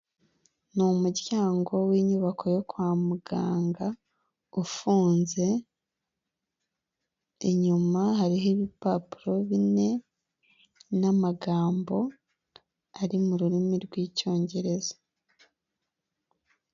Ni umuryango w'inyubako yo kwa muganga ufunze, inyuma hariho ibipapuro bine n'amagambo ari mu rurimi rw'icyongereza.